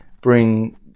bring